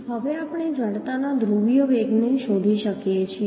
હવે આપણે જડતાના ધ્રુવીય વેગને શોધી શકીએ છીએ